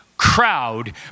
crowd